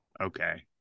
Okay